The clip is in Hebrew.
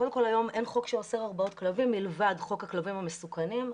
קודם כל היום אין חוק שאוסר הרבעות כלבים מלבד חוק הכלבים המסוכנים,